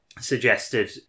suggested